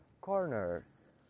corners